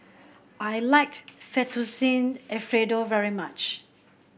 I like Fettuccine Alfredo very much